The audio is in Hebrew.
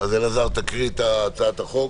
אלעזר, תקרא את הצעת החוק.